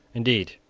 indeed,